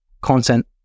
content